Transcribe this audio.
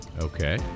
Okay